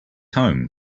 home